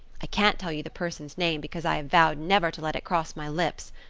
i can't tell you the person's name because i have vowed never to let it cross my lips.